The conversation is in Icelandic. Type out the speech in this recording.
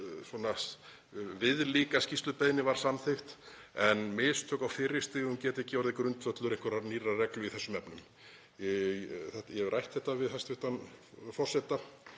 viðlíka skýrslubeiðni var samþykkt en mistök á fyrri stigum geta ekki orðið grundvöllur einhverrar nýrrar reglu í þessum efnum. Ég hef rætt þetta við hæstv.